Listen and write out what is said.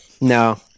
no